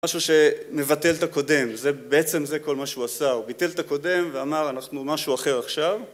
משהו שמבטל את הקודם, בעצם זה כל מה שהוא עשה, הוא ביטל את הקודם ואמר אנחנו משהו אחר עכשיו